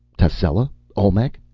tascela? olmec?